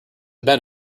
bend